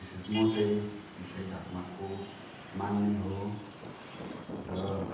विशेष म चाहिँ इसाई धर्मको मान्ने हो र